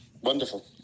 Wonderful